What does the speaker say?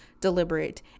deliberate